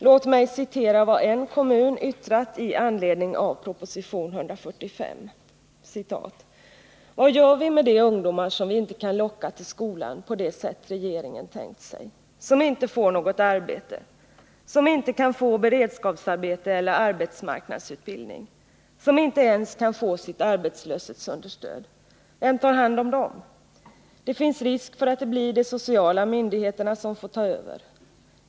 Låt mig citera vad en kommun yttrat i anledning 31 ”Vad gör vi med de ungdomar som vi inte kan locka till skolan på det sätt regeringen tänkt sig? Som inte får något arbete? Som inte kan få beredskapsarbete eller arbetsmarknadsutbildning? Som inte ens kan få sitt arbetslöshetsunderstöd? Vem tar hand om dem? Det finns risk för att det blir de sociala myndigheterna som får ta över.